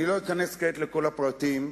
אני לא אכנס כעת לכל הפרטים.